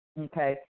okay